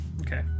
Okay